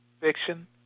fiction